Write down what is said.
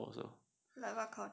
like what culture